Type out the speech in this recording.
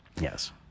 Yes